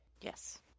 Yes